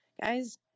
Guys